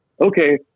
okay